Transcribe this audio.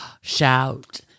shout